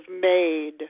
made